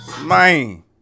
Man